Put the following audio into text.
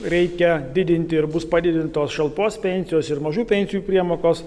reikia didinti ir bus padidintos šalpos pensijos ir mažų pensijų priemokos